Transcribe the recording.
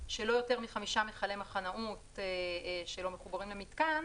של לא יותר מחמישה מחנאות שלא מחוברים למתקן